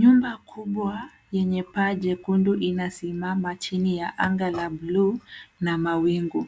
Nyumba kubwa yenye paa jekundu inasimama chini ya anga la bluu na mawingu.